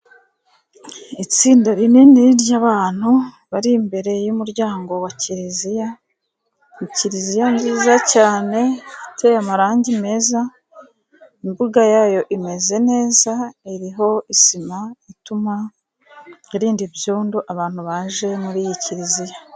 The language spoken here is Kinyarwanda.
Itsinda rinini ry'abantu bari imbere y'umuryango wa kiliziya. Ni kiliziya nziza cyane iteye amarangi meza, imbuga yayo imeze neza iriho isima ituma irinda ibyondo abantu baje muri iyi kiliziya.